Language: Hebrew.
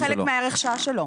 זה לא חלק מערך השעה שלו.